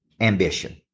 ambition